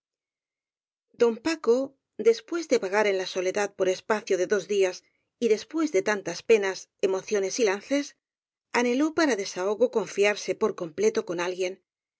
don paco después de vagar en la soledad por espacio de dos días y después de tantas penas emociones y lances anheló para desahogo con fiarse por completo con alguien